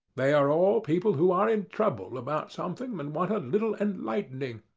they are all people who are in trouble about something, and want a little enlightening.